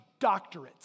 doctorates